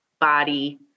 body